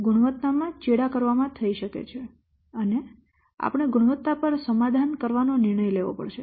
ગુણવત્તા માં ચેડા કરવામાં થઈ શકે છે અને આપણે ગુણવત્તા પર સમાધાન કરવાનો નિર્ણય લેવો પડશે